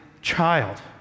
child